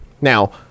Now